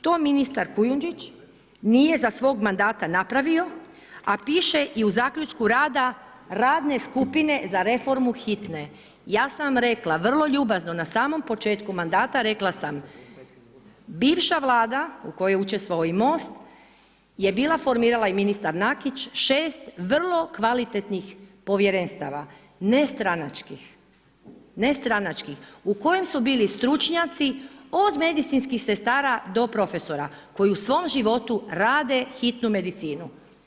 To ministar Kujundžić nije za svog mandata napravio a piše i u zaključku rada, radne skupine za reformu Hitne, j sam rekla vrlo ljubazno na samom početku mandata, rekla sam bivša Vlada u kojoj je učestvovao i MOST je bila formirala i ministar Nakić, 6 vrlo kvalitetnih povjerenstava, nestranačkih u kojem su bili stručnjaci od medicinskih sestara do profesora koji u svom životu rade Hitnu medicinu.